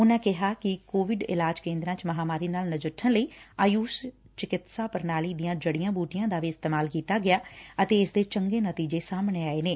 ਉਨਾਂ ਕਿਹਾ ਕਿ ਕੋਵਿਡ ਇਲਾਜ ਕੇਦਰਾਂ ਚ ਮਹਾਂਮਾਰੀ ਨਾਲ ਨਜਿੱਠਣ ਲਈ ਆਯੁਸ਼ ਚਿਕਿਤਸਾ ਪ੍ਰਣਾਲੀ ਦੀਆਂ ਜੜੀਆਂ ਬੂਟੀਆਂ ਦਾ ਵੀ ਇਸਤੇਮਾਲ ਕੀਤਾ ਗਿਆ ਅਤੇ ਇਸ ਦੇ ਚੰਗੇ ਨਡੀਜੇ ਸਾਹਮਣੇ ਆਏ ਨੇ